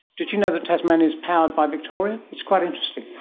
did you know that tasmania is powered by victoria? it's quite interesting.